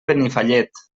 benifallet